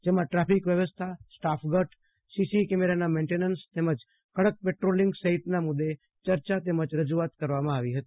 જેમાં ટ્રાફીક વ્યવસ્થા સ્ટાફ ઘર સીસી કેમેરાના મેન્ટેનન્સ તેમજ કડક પેટ્રોર્લીંગ સહિતના મુદદે ચ ર્ચા રજૂઆત કરવામાં આવી હતી